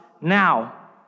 now